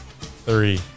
Three